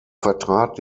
vertrat